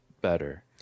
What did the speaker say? better